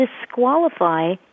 disqualify